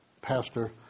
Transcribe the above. Pastor